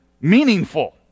meaningful